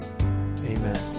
Amen